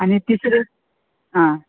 आनी तिसरें आं